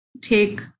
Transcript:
take